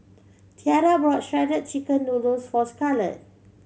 Tiara bought Shredded Chicken Noodles for Scarlet